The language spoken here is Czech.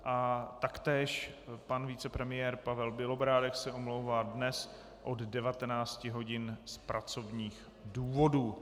A taktéž pan vicepremiér Pavel Bělobrádek se omlouvá dnes od 19 hodin z pracovních důvodů.